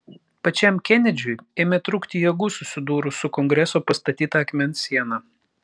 pačiam kenedžiui ėmė trūkti jėgų susidūrus su kongreso pastatyta akmens siena